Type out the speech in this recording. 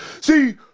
see